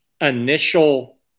initial